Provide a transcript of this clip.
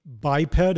biped